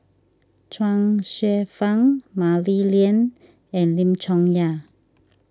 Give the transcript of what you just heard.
Chuang Hsueh Fang Mah Li Lian and Lim Chong Yah